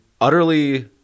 utterly